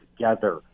together